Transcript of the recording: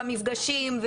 במפגשים,